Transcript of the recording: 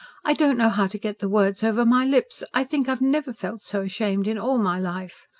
i don't know how to get the words over my lips. i think i've never felt so ashamed in all my life.